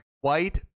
White